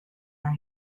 are